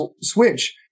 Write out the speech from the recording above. switch